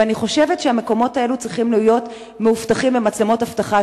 אני חושבת שהמקומות האלה צריכים להיות מאובטחים במצלמות אבטחה,